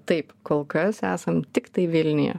taip kol kas esam tiktai vilniuje